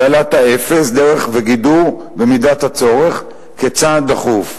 תעלת האפס, דרך וגידור במידת הצורך, כצעד דחוף.